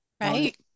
Right